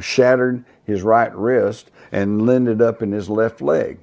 shattered his right wrist and linda up in his left leg